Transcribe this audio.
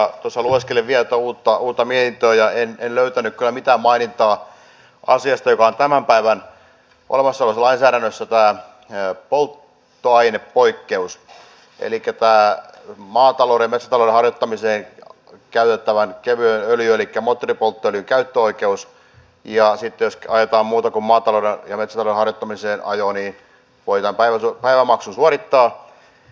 tuossa lueskelin vielä tuota uutta mietintöä ja en löytänyt kyllä mitään mainintaa asiasta joka on tämän päivän voimassa olevassa lainsäädännössä tämä polttoainepoikkeus elikkä maatalouden ja metsätalouden harjoittamiseen käytettävän kevyen öljyn elikkä moottoripolttoöljyn käyttöoikeus ja sitten jos ajetaan muuta kuin maatalouden ja metsätalouden harjoittamisen ajoa niin voi tämän päivämaksun suorittaa